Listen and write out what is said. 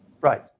Right